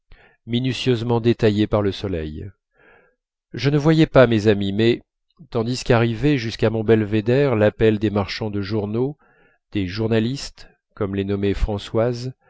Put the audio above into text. minutieusement détaillée par le soleil je ne voyais pas mes amies mais tandis qu'arrivaient jusqu'à mon belvédère l'appel des marchands de journaux des journalistes comme les nommait françoise